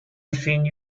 machine